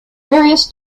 various